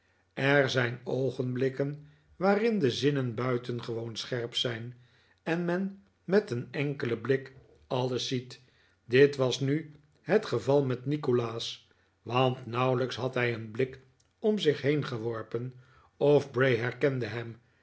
er zijn oogenblikken waarin de zinnen buitengewoon scherp zijn en men met een enkelen blik alles ziet dit was nu het geval met nikolaas want nauwelijks had hij een blik om zich heen geworpen of bray herkende hem